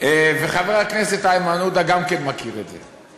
חבר הכנסת איימן עודה גם כן מכיר את זה.